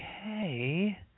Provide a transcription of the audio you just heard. okay